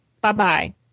Bye-bye